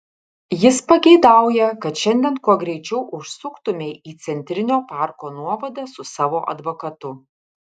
jis pageidauja kad šiandien kuo greičiau užsuktumei į centrinio parko nuovadą su savo advokatu